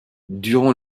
durant